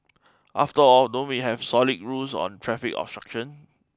after all don't we have solid rules on traffic obstruction